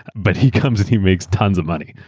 but he comes and he makes tons of money.